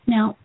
Now